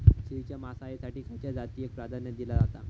शेळीच्या मांसाएसाठी खयच्या जातीएक प्राधान्य दिला जाता?